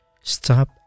Stop